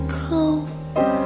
cold